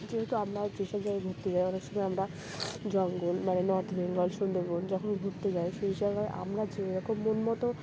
যেহেতু আমরা যেসব জায়গায় ঘুরতে যাই অনেক সময় আমরা জঙ্গল মানে নর্থ বেঙ্গল সুন্দরবন যখন ঘুরতে যাই সেই জায়গায় আমরা যেরকম মনমতো